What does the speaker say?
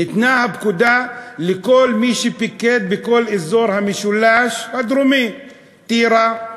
ניתנה הפקודה לכל מי שפיקד בכל אזור המשולש הדרומי: טירה,